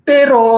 Pero